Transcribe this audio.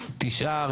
תשעה.